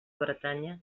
bretanya